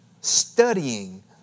studying